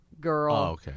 girl